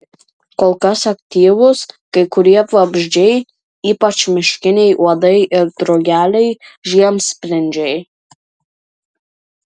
kol kas aktyvūs kai kurie vabzdžiai ypač miškiniai uodai ir drugeliai žiemsprindžiai